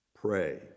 Pray